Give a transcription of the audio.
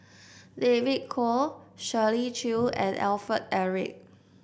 David Kwo Shirley Chew and Alfred Eric